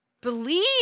believe